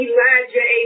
Elijah